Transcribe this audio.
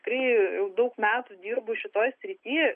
kai jau daug metų dirbu šitoj srity